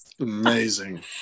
Amazing